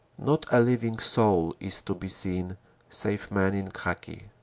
not a living soul is to be seen save men in khaki.